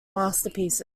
masterpieces